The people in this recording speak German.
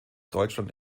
deutschland